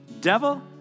Devil